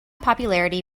popularity